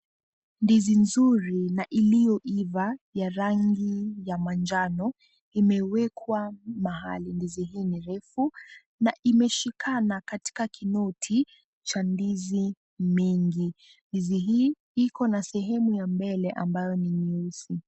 Ndizi nzuri na iliyoiva ya rangi ya manjano imewekwa mahali. Ndizi hii ni refu na imeshikana katika kinoti cha ndizi mingi. Ndizi hii ikona sehemu ya mbele ambayo ni nyeusi.